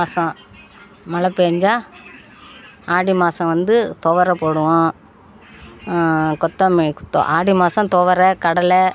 மாசம் மழை பேய்ஞ்சா ஆடி மாசம் வந்து துவர போடுவோம் கொத்தமல்லி ஆடி மாசம் துவர கடலை